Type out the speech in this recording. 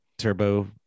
Turbo